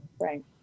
Right